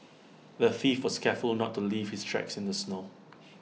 the thief was careful not to leave his tracks in the snow